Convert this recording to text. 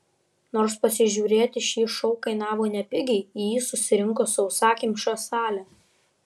nors pasižiūrėti šį šou kainavo nepigiai į jį susirinko sausakimša salė